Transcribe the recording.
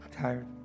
tired